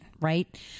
right